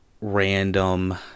random